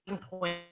point